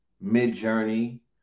mid-journey